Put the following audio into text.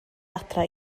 adre